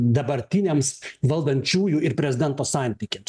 dabartiniams valdančiųjų ir prezidento santykiams